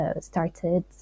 started